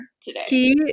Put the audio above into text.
today